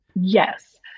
Yes